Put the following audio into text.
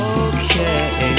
okay